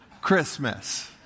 Christmas